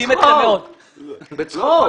בצחוק.